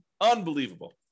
Unbelievable